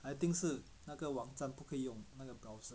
I think 是那个网站不可以用那个 browser